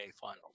Finals